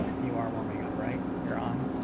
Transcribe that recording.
you are warming up right, you're on?